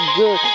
good